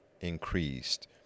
increased